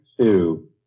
two